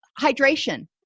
hydration